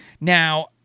Now